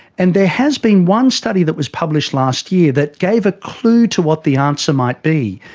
and there has been one study that was published last year that gave a clue to what the answer might be.